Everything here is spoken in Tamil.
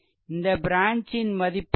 இந்த ப்ரான்ச் ன் மதிப்பு என்ன